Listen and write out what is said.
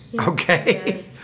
okay